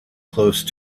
close